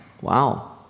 Wow